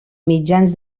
mitjans